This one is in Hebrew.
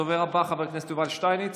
הדובר הבא, חבר הכנסת יובל שטייניץ,